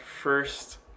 first